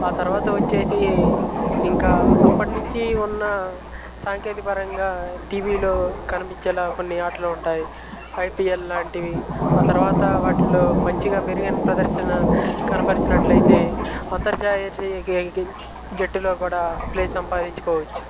ఆ తరువాత వచ్చేసి ఇంకా అప్పటి నుంచి ఉన్న సాంకేతిక పరంగా టీవీలో కనిపించేలా కొన్ని ఆటలు ఉంటాయి ఐపీఎల్ లాంటివి ఆ తరువాత వాటిలో మంచిగా మెరుగైన ప్రదర్శన కనబరిచినట్లు అయితే అంతర్జాతీయ జట్టులో కూడా ప్లేస్ సంపాదించుకోవచ్చు